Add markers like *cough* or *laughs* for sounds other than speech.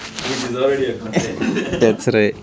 which is already a content *laughs*